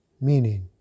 Meaning